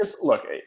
Look